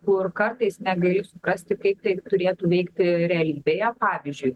kur kartais negali suprasti kaip taip turėtų veikti realybėje pavyzdžiui